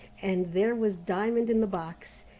and there was diamond in the box,